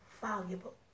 valuable